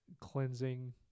cleansing